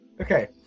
Okay